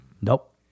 Nope